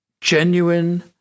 genuine